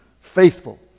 faithful